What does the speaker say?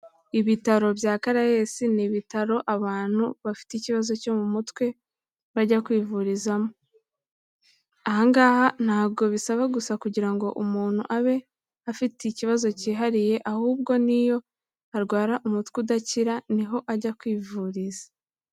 Ibitaro bya CARAES ni ibitaro abantu bafite ikibazo cyo mu mutwe bajya kwivurizamo. Aha ngaha ntabwo bisaba gusa kugira ngo umuntu abe afite ikibazo cyihariye, ahubwo n'iyo arwara umutwe udakira niho ajya kwivuriza.